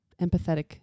empathetic